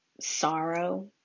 sorrow